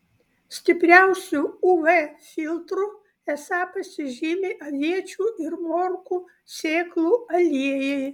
stipriausiu uv filtru esą pasižymi aviečių ir morkų sėklų aliejai